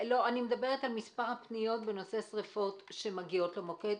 אני מדברת על מספר הפניות בנושא שריפות שמגיעות למוקד.